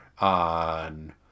on